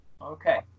Okay